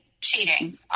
cheating